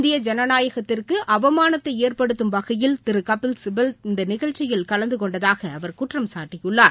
இந்திய ஜனநாயகத்திற்கு அவமானத்தை ஏற்படுத்தும் வகையில் திரு கபில்சிபல் இந்நிகழ்ச்சியில் கலந்து கொண்டதாக அவர் குற்றம் சாட்டியுள்ளார்